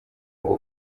ngo